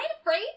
afraid